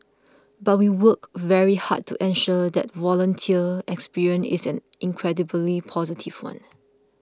but we work very hard to ensure that volunteer experience isn't incredibly positive one